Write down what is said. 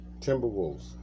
Timberwolves